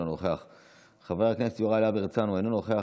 אינו נוכח,